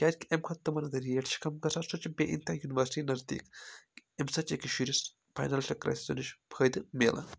کیٛازِکہِ اَمہِ کھۄتہٕ تِمَن ریٹ چھِ کَم گژھان سُہ چھِ بےٚ اِنتہا یونیورسٹی نٔزدیٖک اَمہِ سۭتۍ چھِ أکِس شُرِس فاینانشَل کرٛایسِزَن نِش فٲیِدٕ میلان